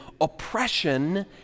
oppression